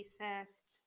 first